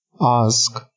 Ask